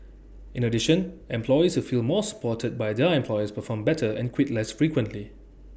in addition employees who feel more supported by their employers perform better and quit less frequently